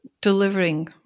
delivering